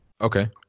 okay